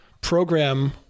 program